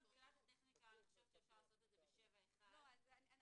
מבחינת הטכניקה אני חושבת שאפשר לעשות את זה ב-7(1) --- שוב,